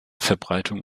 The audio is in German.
verbreitung